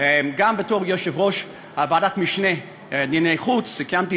גם בתור יושב-ראש ועדת המשנה לענייני חוץ סיכמתי